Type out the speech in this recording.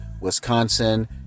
Wisconsin